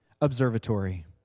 observatory